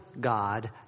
God